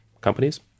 companies